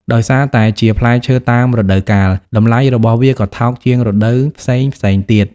ដោយសារតែជាផ្លែឈើតាមរដូវកាល តម្លៃរបស់វាក៏ថោកជាងរដូវផ្សេងៗទៀត។